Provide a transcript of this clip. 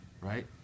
Right